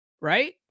Right